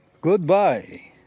Goodbye